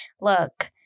look